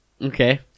Okay